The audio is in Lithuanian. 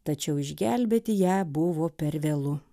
tačiau išgelbėti ją buvo per vėlu